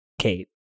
Kate